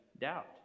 doubt